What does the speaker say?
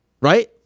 Right